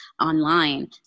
online